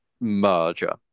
merger